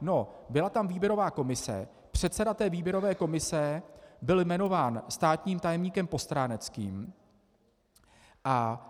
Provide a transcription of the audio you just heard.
No, byla tam výběrová komise, předseda té výběrové komise byl jmenován státním tajemníkem Postráneckým a